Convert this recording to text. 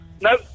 No